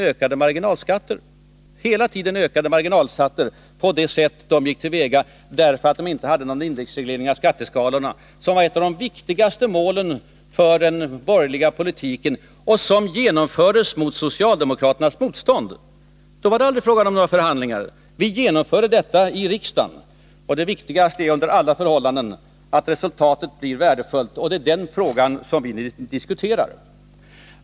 Följden blev att det hela tiden blev ökade marginalskatter, därför att de inte hade någon indexreglering av skatteskalorna. En sådan indexreglering var ett av de viktigaste målen för den borgerliga politiken, och den genomfördes trots socialdemokraternas motstånd. Då var det aldrig fråga om några förhandlingar. Vi genomförde detta i riksdagen. Det viktigaste är under alla förhållanden att resultatet blir godtagbart, och det är den frågan som vi diskuterar.